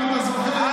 אם אתה זוכר,